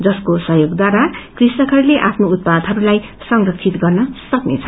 जसको सहयोगवारा कृषकहरले आफ्नो उत्पादहहरलाई संरकित गर्न सक्नेछ